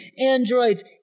androids